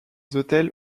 hôtels